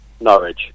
Norwich